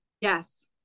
Yes